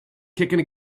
kicking